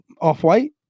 Off-white